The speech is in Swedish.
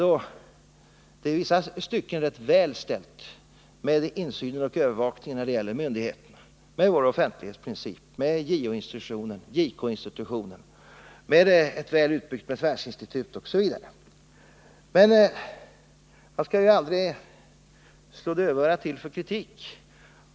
På det hela taget är det ändå ganska väl beställt med insynen och övervakningen av myndigheterna. Jag tänker på offentlighetsprincipen, JO och JK-institutionerna, ett väl utbyggt besvärsinstitut osv. Man skall emellertid aldrig slå dövörat till för kritik.